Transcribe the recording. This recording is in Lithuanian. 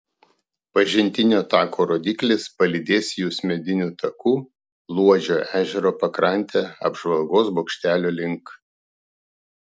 pažintinio tako rodyklės palydės jus mediniu taku luodžio ežero pakrante apžvalgos bokštelio link